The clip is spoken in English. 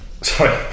sorry